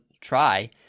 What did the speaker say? try